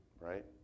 right